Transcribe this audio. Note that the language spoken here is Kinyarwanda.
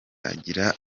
agira